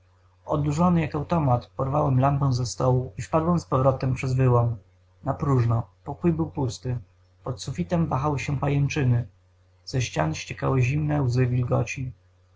odurzony jak automat porwałem lampę ze stołu i wpadłem z powrotem przez wyłom napróżno pokój był pusty pod sufitem wahały się pajęczyny ze ścian ściekały zimne łzy wilgoci